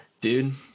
dude